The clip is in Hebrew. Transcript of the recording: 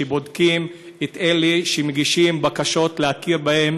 שבודקות את אלה שמגישים בקשות להכיר בהם